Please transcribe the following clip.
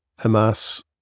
Hamas